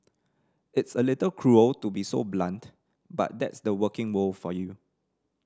it's a little cruel to be so blunt but that's the working world for you